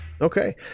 Okay